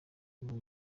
ngo